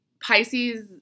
Pisces